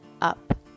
Up